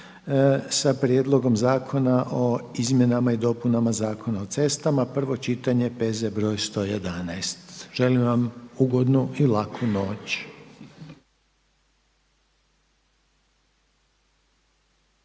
sa Prijedlogom zakona o izmjenama i dopunama Zakona o cestama, prvo čitanje, P.Z. br. 111. Želim vam ugodnu i laku noć.